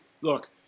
Look